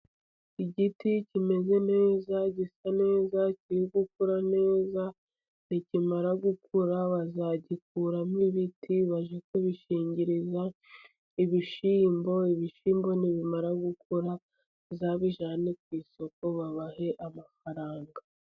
Igiti kimeze neza, gisa neza, kiri gukura neza, nikimara gukura bazagikuramo ibiti bajye kubishingiriza ibishyimbo. Ibishyimbo nibimara gukura neza bazabijyana ku isoko babahe amafaranga.